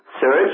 search